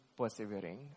persevering